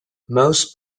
most